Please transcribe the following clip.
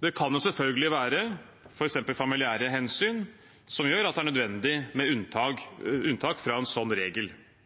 Det kan jo selvfølgelig være f.eks. familiære hensyn som gjør at det er nødvendig med unntak